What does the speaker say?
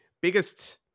biggest